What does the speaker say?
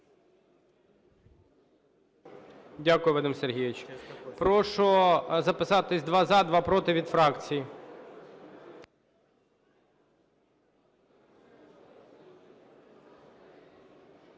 Дякую, Вадим Сергійович. Прошу записатись: два – за, два – проти, - від фракцій.